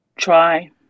try